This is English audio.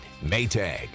Maytag